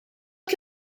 que